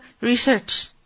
research